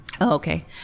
Okay